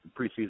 preseason